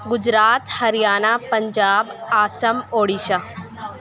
Gujarat Haryana Punjab Assam Orissa